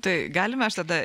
tai galime aš tada